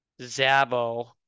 Zabo